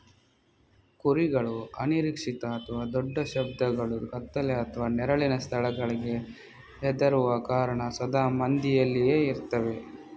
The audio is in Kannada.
ಕುರಿಗಳು ಅನಿರೀಕ್ಷಿತ ಅಥವಾ ದೊಡ್ಡ ಶಬ್ದಗಳು, ಕತ್ತಲೆ ಅಥವಾ ನೆರಳಿನ ಸ್ಥಳಗಳಿಗೆ ಹೆದರುವ ಕಾರಣ ಸದಾ ಮಂದೆಯಲ್ಲಿಯೇ ಇರ್ತವೆ